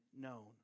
known